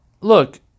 look